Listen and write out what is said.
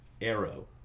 arrow